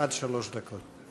עד שלוש דקות.